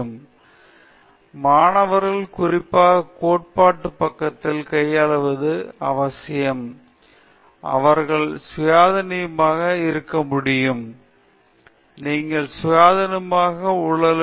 எனவே மாணவர்களை குறிப்பாக கோட்பாட்டுப் பக்கத்தில் கையாள்வது அவசியம் என்பதை நீங்கள் அறிந்திருக்க வேண்டும் இந்த சவாலை அவர்கள் சுயாதீனமாக செய்ய முடியும் குறைந்தபட்சம் சுயமாக விஷயங்களை செய்ய வேண்டும் விரைவில் அவர்களால் முடியும்